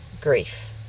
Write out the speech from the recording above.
grief